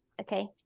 Okay